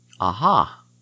Aha